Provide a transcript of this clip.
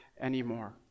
anymore